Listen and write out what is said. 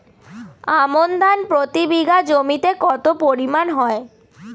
আমন ধান প্রতি বিঘা জমিতে কতো পরিমাণ হয়?